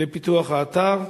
לפיתוח האתר?